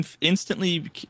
instantly